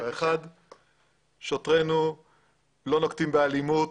שוטרינו לא נוקטים באלימות